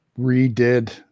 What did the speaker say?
redid